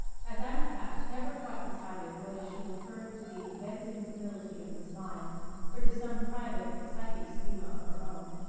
as adam patch never quite decided whether she referred to the advancing senility of his mind or to some private and psychic schema of her own,